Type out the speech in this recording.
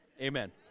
Amen